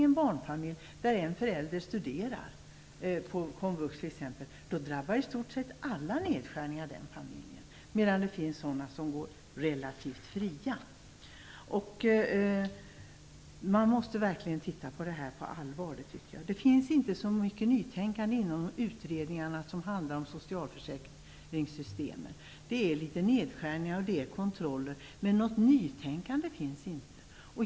En barnfamilj där en förälder studerar på exempelvis komvux drabbas av i stort sett alla nedskärningar, medan det finns de som går relativt fria från nedskärningar. Man måste verkligen se över detta på allvar. Det finns inte så mycket nytänkande i utredningarna som handlar om socialförsäkringssystemen. De innehåller litet nedskärningar och kontroller, men något nytänkande finns inte.